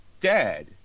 dad